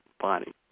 body